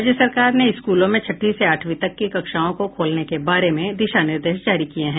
राज्य सरकार ने स्कूलों में छठी से आठवीं तक की कक्षाओं को खोलने के बारे में दिशा निर्देश जारी किये हैं